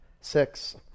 six